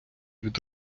від